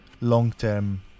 long-term